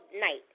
night